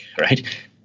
right